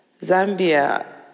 Zambia